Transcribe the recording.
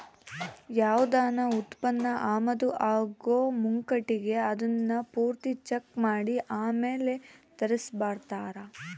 ಯಾವ್ದನ ಉತ್ಪನ್ನ ಆಮದು ಆಗೋ ಮುಂಕಟಿಗೆ ಅದುನ್ನ ಪೂರ್ತಿ ಚೆಕ್ ಮಾಡಿ ಆಮೇಲ್ ತರಿಸ್ಕೆಂಬ್ತಾರ